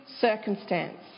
circumstance